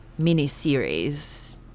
miniseries